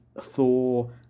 Thor